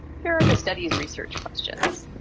here are the study's research questions.